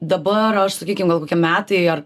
dabar aš sakykim gal kokie metai ar